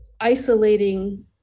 isolating